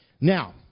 Now